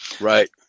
Right